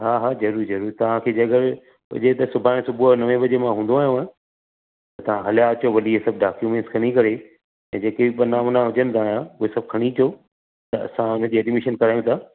हा हा ज़रूरु ज़रूरु तव्हां खे जे अगरि हुजे त सुभाणे सुबुह नवें वजे मां हूंदो आहियां हूअं तव्हां हलिया अचो भली हीअ सभु डाक्युमेंट्स खणी करे ऐं जेके पना वना हुजनि तव्हांजा उहो सभु खणी अचो त असां हुन जी एडमीशन करायूं था